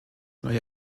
neue